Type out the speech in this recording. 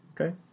Okay